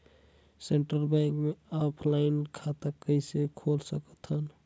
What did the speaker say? Central Bank मे offline खाता कइसे खोल सकथव?